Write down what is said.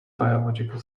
biological